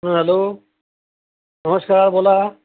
हा हॅलो नमस्कार बोला